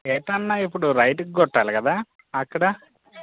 ఎటు అన్న ఇప్పుడు రైట్కి కొట్టాలి కదా అక్కడ